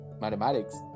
mathematics